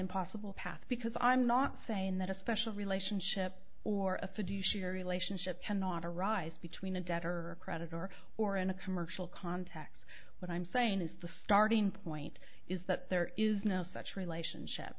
impossible path because i'm not saying that a special relationship or a fiduciary relationship cannot arise between a debtor creditor or in a commercial contacts what i'm saying is the starting point is that there is no such relationship